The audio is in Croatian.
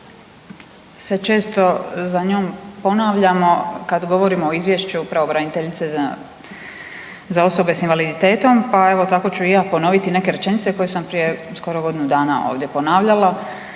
se često za njom ponavljamo kad govorimo o izvješću pravobraniteljice za osobe s invaliditetom, pa evo tako ću i ja ponoviti neke rečenice koje sam prije skoro godinu dana ovdje ponavljala.